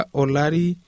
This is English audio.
olari